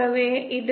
ஆகவே இது minus J 1